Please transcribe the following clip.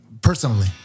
Personally